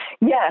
Yes